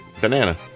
Banana